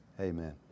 Amen